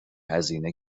هزینه